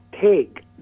take